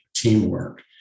teamwork